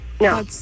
No